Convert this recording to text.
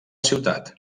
ciutat